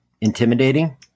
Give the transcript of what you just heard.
intimidating